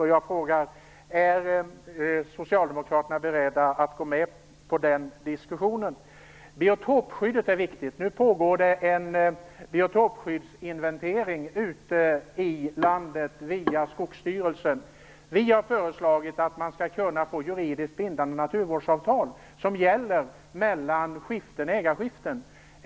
Min fråga blir således: Är Socialdemokraterna beredda att gå med på den diskussionen? Biotopskyddet är viktigt. För närvarande pågår en biotopskyddsinventering ute i landet via Skogsstyrelsen. Vi har föreslagit att man skall kunna få juridiskt bindande naturvårdsavtal som gäller mellan ägarskiften.